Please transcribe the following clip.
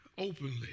Openly